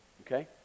Okay